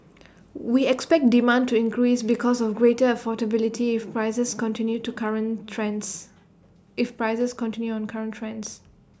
we expect demand to increase because of greater affordability if prices continue to current trends if prices continue on current trends